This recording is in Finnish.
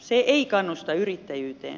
se ei kannusta yrittäjyyteen